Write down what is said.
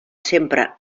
sempre